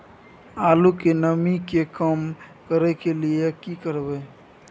आलू के नमी के कम करय के लिये की करबै?